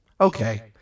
Okay